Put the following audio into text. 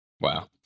wow